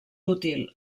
útil